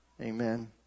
Amen